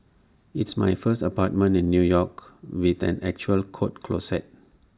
it's my first apartment in new york with an actual coat closet